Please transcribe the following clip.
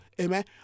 amen